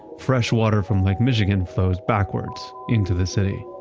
fresh water from lake michigan flows backwards into the city.